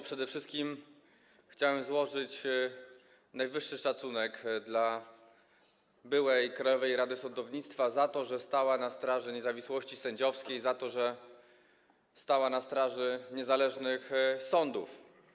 Przede wszystkim chciałbym złożyć wyrazy najwyższego szacunku dla byłej Krajowej Rady Sądownictwa za to, że stała na straży niezawisłości sędziowskiej, że stała na straży niezależnych sądów.